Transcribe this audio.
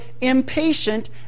impatient